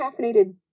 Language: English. caffeinated